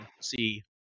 see